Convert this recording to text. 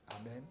Amen